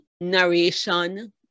narration